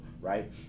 right